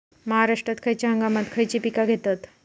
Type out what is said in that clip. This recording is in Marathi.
महाराष्ट्रात खयच्या हंगामांत खयची पीका घेतत?